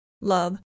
love